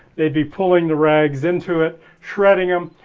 they'd be pulling the rags into it, shredding them.